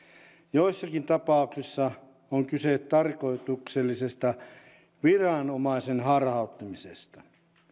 joissakin tapauksissa on kyse tarkoituksellisesta viranomaisen harhauttamisesta